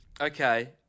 Okay